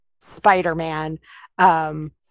Spider-Man